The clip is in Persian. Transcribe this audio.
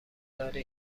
داری